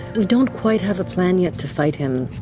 we don't quite have a plan yet to fight him,